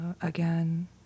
again